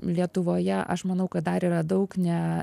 lietuvoje aš manau kad dar yra daug ne